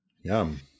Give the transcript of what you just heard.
yum